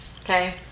Okay